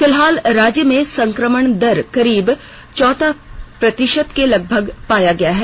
फिलहाल राज्य में संक्रमण दर करीब चौदह प्रतिषत के लगभग पाया गया है